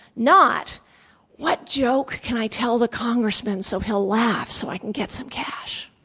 not what joke can i tell the congressman so he'll laugh so i can get some cash.